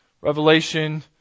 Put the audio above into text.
Revelation